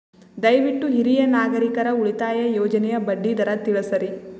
ದಯವಿಟ್ಟು ಹಿರಿಯ ನಾಗರಿಕರ ಉಳಿತಾಯ ಯೋಜನೆಯ ಬಡ್ಡಿ ದರ ತಿಳಸ್ರಿ